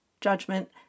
judgment